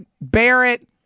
Barrett